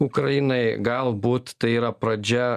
ukrainai galbūt tai yra pradžia